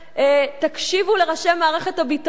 תקשיבו לראשי מערכת הביטחון,